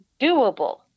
doable